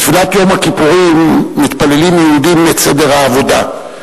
בתפילת יום הכיפורים מתפללים יהודים את "סדר העבודה".